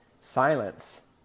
Silence